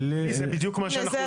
זה בדיוק מה שאנחנו